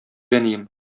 әнием